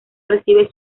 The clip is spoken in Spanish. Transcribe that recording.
recibe